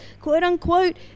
quote-unquote